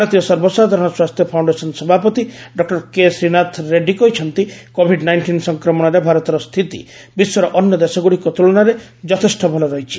ଭାରତୀୟ ସର୍ବସାଧାରଣ ସ୍ୱାସ୍ଥ୍ୟ ଫାଉଣ୍ଡେସନ୍ ସଭାପତି ଡକ୍ଟର କେଶ୍ରୀନାଥ ରେଡ୍ରୀ କହିଛନ୍ତି କୋଭିଡ୍ ନାଇଣ୍ଟିନ୍ ସଂକ୍ରମଣରେ ଭାରତର ସ୍ଥିତି ବିଶ୍ୱର ଅନ୍ୟ ଦେଶଗୁଡ଼ିକ ତୁଳନାରେ ଯଥେଷ୍ଟ ଭଲ ରହିଛି